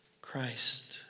Christ